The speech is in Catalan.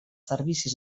servicis